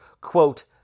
Quote